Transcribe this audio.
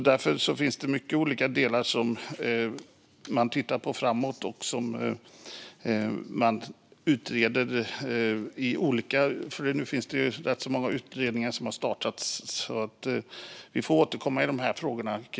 Man tittar alltså på och utreder många olika delar framåt. Rätt många utredningar har nu startats, så vi får återkomma i dessa frågor.